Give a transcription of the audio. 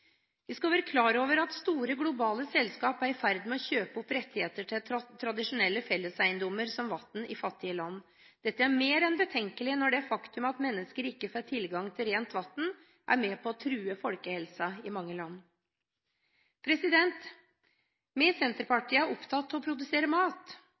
Vi skal være klar over at store globale selskap er i ferd med å kjøpe opp rettighetene til tradisjonelle felleseiendommer som vann i fattige land. Dette er mer enn betenkelig når det faktum at mennesker ikke får tilgang til rent vann, er med på å true folkehelsen i mange land. Vi i Senterpartiet er opptatt av å produsere mat.